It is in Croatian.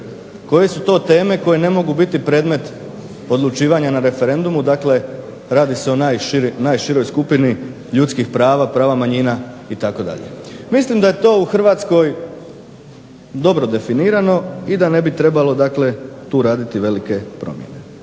Koje su to teme koje ne mogu biti predmet odlučivanja na referendumu? Dakle, radi se o najširoj skupini ljudskih prava, prava manjina itd. Mislim da je to u Hrvatskoj dobro definirano i da ne bi trebalo tu raditi velike promjene.